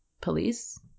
police